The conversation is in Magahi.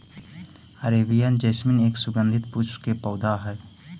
अरेबियन जैस्मीन एक सुगंधित पुष्प के पौधा हई